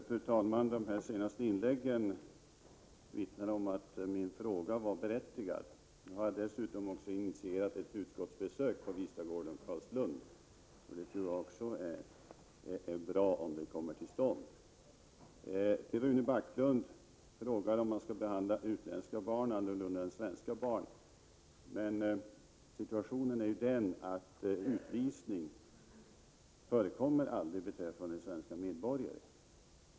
Fru talman! De senaste inläggen vittnar om att min fråga var berättigad. Nu har jag dessutom initierat ett utskottsbesök på Vistagården och Carlslund. Jag tror att det är bra om ett sådant kommer till stånd. Rune Backlund frågar om man skall behandla utländska barn annorlunda än svenska barn. — Men situationen är den att utvisning aldrig förekommer beträffande svenska medborgare.